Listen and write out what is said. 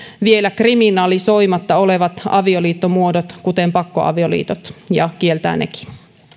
vielä kriminalisoimatta olevat avioliittomuodot kuten pakkoavioliitot ja kieltää nekin